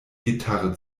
gitarre